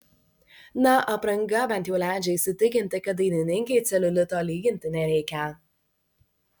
na apranga bent jau leidžia įsitikinti kad dainininkei celiulito lyginti nereikia